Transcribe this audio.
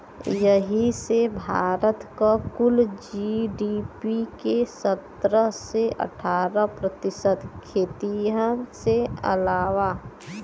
यही से भारत क कुल जी.डी.पी के सत्रह से अठारह प्रतिशत खेतिए से आवला